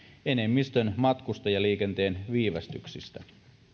enemmistön matkustajaliikenteen viivästyksistä